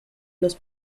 los